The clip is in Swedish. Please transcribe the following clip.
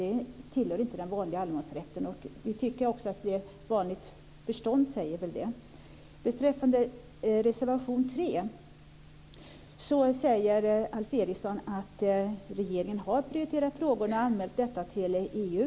Det tillhör inte den vanliga allemansrätten. Vi tycker att vanligt förstånd säger det. Beträffande reservation 3 säger Alf Eriksson att regeringen har prioriterat frågorna och anmält detta till EU.